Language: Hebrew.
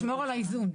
לשמור על האיזון.